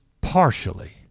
partially